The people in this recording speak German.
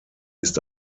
ist